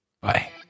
Bye